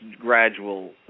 gradual